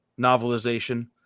novelization